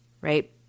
right